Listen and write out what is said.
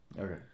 Okay